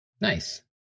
Nice